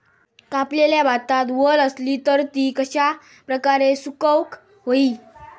कापलेल्या भातात वल आसली तर ती कश्या प्रकारे सुकौक होई?